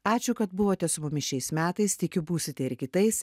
ačiū kad buvote su mumis šiais metais tikiu būsite ir kitais